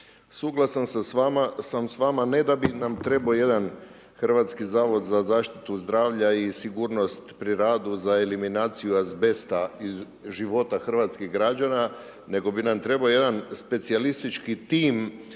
suglasan sam s vama ne da bi nam trebamo jedan hrvatski zavod za zaštitu zdravlja i sigurnost pri radu za eliminaciju azbesta iz života hrvatskih građana nego bi nam trebao jedan specijalistički tim